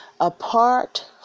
Apart